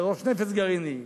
לראש נפץ גרעיני?